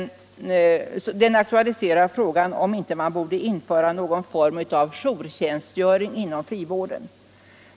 I den reservationen aktualiseras nämligen frågan huruvida inte någon form av jourtjänst borde införas inom frivården.